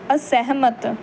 ਅਸਹਿਮਤ